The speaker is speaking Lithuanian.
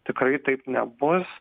tikrai taip nebus